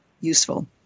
useful